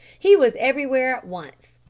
he was everywhere at once,